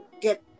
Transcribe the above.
get